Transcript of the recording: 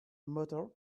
motor